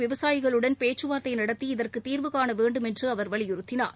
விவசாயிகளுடன் பேச்சுவார்த்தை நடத்தி இதற்கு தீர்வுகாண வேண்டும் என்று அவர் வலியுறுத்தினார்